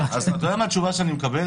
אתה לא תאמין אם תראה מה התשובה שאני מקבל.